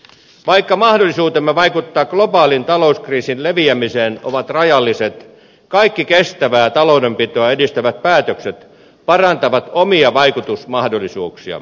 vaikka mahdollisuutemme vaikuttaa globaalin talouskriisin leviämiseen ovat rajalliset kaikki kestävää taloudenpitoa edistävät päätökset parantavat omia vaikutusmahdollisuuksiamme